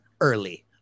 early